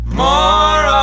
more